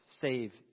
save